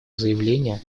заявление